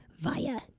via